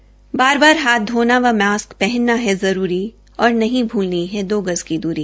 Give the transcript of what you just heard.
बार बार हाथ धोना व मास्क पहनना है जरूरी और नहीं भूलनी है दो गज की दूरी